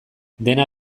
dena